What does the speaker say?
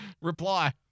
Reply